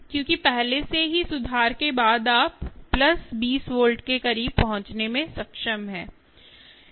क्योंकि पहले से ही सुधार के बाद आप प्लस 20 वोल्ट के करीब पहुंचने में सक्षम हैं